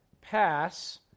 pass